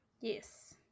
yes